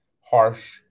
harsh